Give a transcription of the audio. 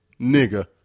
nigga